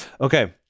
Okay